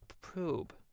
probe